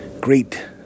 great